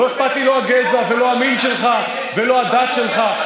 לא אכפת לי לא הגזע, לא המין שלך ולא הדת שלך.